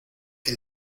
que